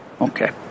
Okay